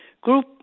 group